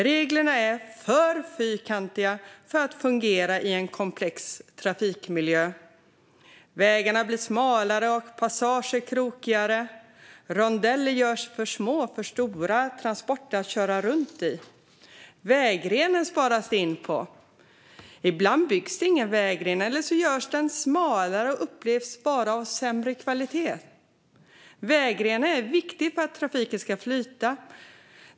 Reglerna är för fyrkantiga för att fungera i en komplex trafikmiljö. Vägarna blir smalare och passager krokigare. Rondeller görs för små för stora transporter att köra runt i. Vägrenen sparas det in på. Ibland byggs det ingen vägren, eller så görs den smalare och upplevs vara av sämre kvalitet. Vägrenen är viktig för att trafiken ska flyta.